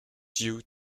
due